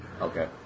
Okay